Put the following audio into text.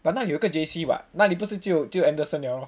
but 那有一个 J_C [what] 那里不是只有只有 Anderson liao lor